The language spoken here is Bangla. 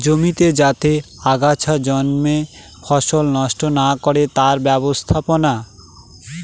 জমিতে যাতে আগাছা জন্মে ফসল নষ্ট না করে তার ব্যবস্থাপনা